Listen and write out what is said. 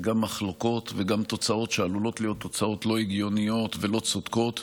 וגם מחלוקות וגם תוצאות שעלולות להיות תוצאות לא הגיוניות ולא צודקות